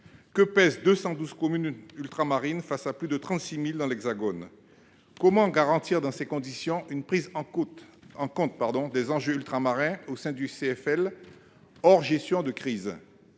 Que pèsent 212 communes ultramarines face à près de 36 000 dans l'Hexagone ? Comment garantir dans ces conditions une réelle prise en compte des enjeux ultramarins au sein du CFL, hors gestion de crise ?